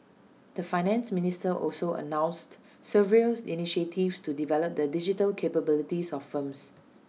the Finance Minister also announced several initiatives to develop the digital capabilities of firms